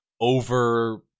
over